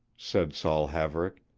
said saul haverick,